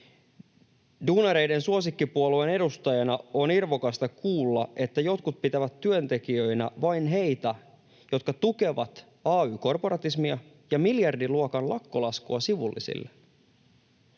Duunareiden suosikkipuolueen edustajana on irvokasta kuulla, että jotkut pitävät työntekijöinä vain heitä, jotka tukevat ay-korporatismia ja miljardin luokan lakkolaskua sivullisille.